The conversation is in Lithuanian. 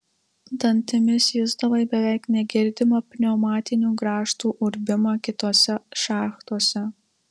dantimis jusdavai beveik negirdimą pneumatinių grąžtų urbimą kitose šachtose